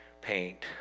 paint